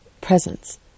presence